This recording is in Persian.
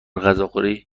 غذاخوری